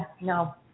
no